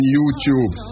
YouTube